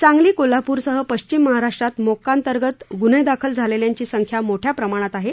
सांगली कोल्हापूरसह पश्चिम महाराष्ट्रात मोक्कांतर्गत ग्न्हे दाखल झालेल्यांची संख्या मोठ्या प्रमाणात आहे